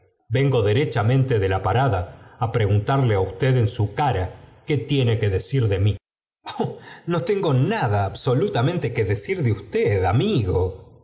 vengo derechamente de la parada á preguntarle á usted en su cara qué tiene que decir de mí no tengo nada absolutamente que decir de usted amigo